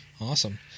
Awesome